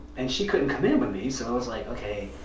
and she couldn't come in with me so i was like okay,